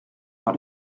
par